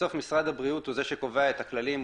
בסוף משרד הבריאות הוא זה שקובע את הכללים,